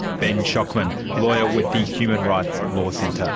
ben schokman, lawyer with the human rights law centre